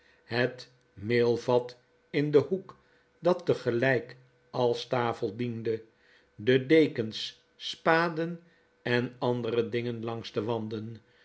het meelvat in den hoek dat tegelijk als tafel diende de dekens spaden en andere dingen langs de wanden